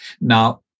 Now